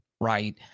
right